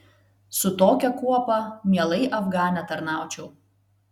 su tokia kuopa mielai afgane tarnaučiau